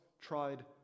tried